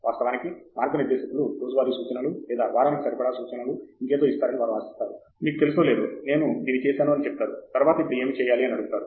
వాస్తవానికి మార్గనిర్దేశకులు రోజువారీ సూచనలు లేదా వారానికి సరిపడా సూచనలు ఇంకేదో ఇస్తారని వారు ఆశిస్తారు మీకు తెలుసో లేదో నేను దీన్ని చేశాను అని చెప్తారు తరువాత ఇప్పుడు ఏమి చేయాలి అని అడుగుతారు